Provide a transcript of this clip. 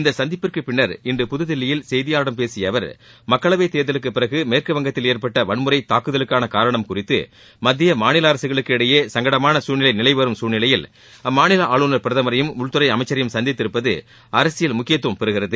இந்த சந்திப்பிற்குப் பின்னர் இன்று புதுதில்லியில் செய்தியாளர்களிடம் பேசிய அவர் மக்களவைத் தேர்தலுக்குப் பிறகு மேற்குவங்கத்தில் ஏற்பட்ட வன்முறை தாக்குதலுக்கான காரணம் குறித்து மத்திய மாநில அரசுகளுக்கு இடையே சங்கடமான சூழ்நிலை நிலவி வரும் சூழ்நிலையில் அம்மாநில ஆளுநர் பிரதமரையும் உள்துறை அமைச்சரையும் சந்தித்திருப்பது அரசியல் முக்கியத்துவம் பெறுகிறது